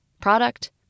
product